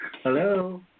Hello